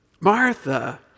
Martha